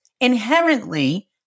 inherently